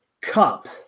Cup